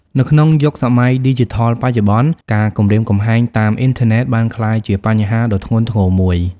នៅក្នុងយុគសម័យឌីជីថលបច្ចុប្បន្ន ការគំរាមកំហែងតាមអ៊ីនធឺណិតបានក្លាយជាបញ្ហាដ៏ធ្ងន់ធ្ងរមួយ។